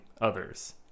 others